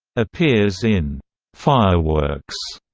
appears in fireworks,